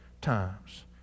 times